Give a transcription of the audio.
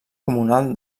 comunal